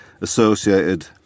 associated